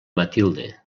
matilde